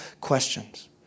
questions